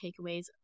takeaways